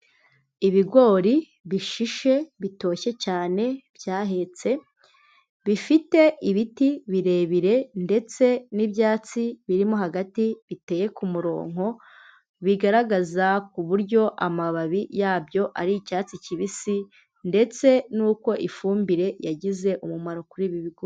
Ibigori bishishe bitoshye cyane byahetse, bifite ibiti birebire ndetse n'ibyatsi birimo hagati biteye ku muronko, bigaragaza uburyo amababi yabyo ari icyatsi kibisi ndetse n'uko ifumbire yagize umumaro kuri ibi bigori.